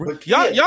y'all